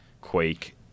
Quake